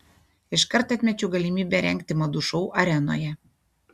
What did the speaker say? iškart atmečiau galimybę rengti madų šou arenoje